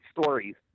stories